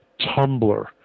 Tumblr